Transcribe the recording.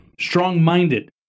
strong-minded